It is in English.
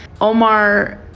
Omar